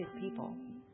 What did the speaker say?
people